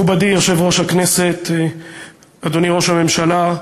מכובדי יושב-ראש הכנסת, אדוני ראש הממשלה,